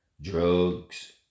Drugs